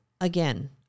Again